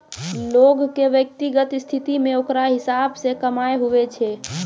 लोग के व्यक्तिगत स्थिति मे ओकरा हिसाब से कमाय हुवै छै